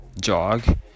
jog